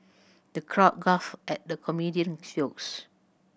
the crowd guffawed at the comedian's jokes